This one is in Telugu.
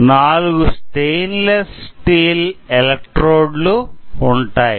4 స్టెయిన్లెస్ స్టీల్ ఎలక్ట్రోడ్లు ఉంటాయి